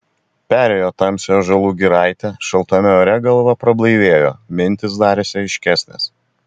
perėjo tamsią ąžuolų giraitę šaltame ore galva prablaivėjo mintys darėsi aiškesnės